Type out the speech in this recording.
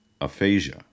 aphasia